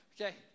okay